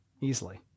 easily